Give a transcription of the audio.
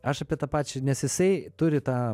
aš apie tą pačią nes jisai turi tą